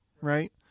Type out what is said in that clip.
right